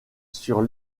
sur